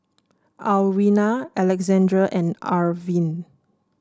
Alwina Alexandria and Irven